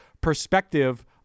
perspective